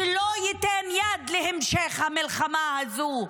שלא ייתן יד להמשך המלחמה הזו,